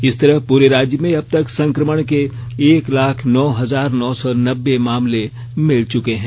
इस तरह पूरे राज्य में अबतक संक्रमण के एक लाख नौ हजार नौ सौ नब्बे मामले मिल चुके हैं